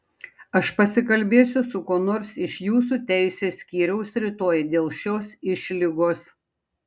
aš pasikalbėsiu su kuo nors iš jūsų teisės skyriaus rytoj dėl šios išlygos